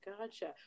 Gotcha